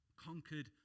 conquered